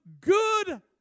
good